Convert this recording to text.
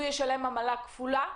האם הוא ישלם עמלה כפולה,